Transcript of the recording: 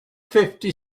fifty